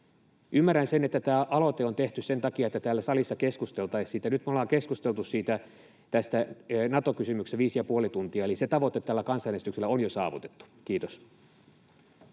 Ymmärrän sen, että tämä aloite on tehty sen takia, että täällä salissa keskusteltaisiin siitä. Nyt me olemme keskustelleet siitä, tästä Nato-kysymyksestä viisi ja puoli tuntia, eli se tavoite tällä kansanäänestysaloitteella on jo saavutettu. — Kiitos.